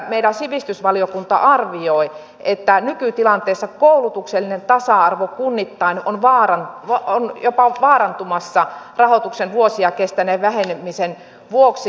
meidän sivistysvaliokunta arvioi että nykytilanteessa koulutuksellinen tasa arvo kunnittain on jopa vaarantumassa rahoituksen vuosia kestäneen vähenemisen vuoksi